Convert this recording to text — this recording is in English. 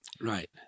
right